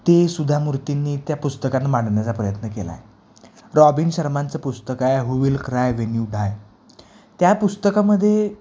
ते सुधा मूर्तींनी त्या पुस्तकात मांडण्याचा प्रयत्न केला आहे रॉबिन शर्मांचं पुस्तक आहे who will cry when you die त्या पुस्तकामध्ये